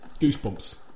goosebumps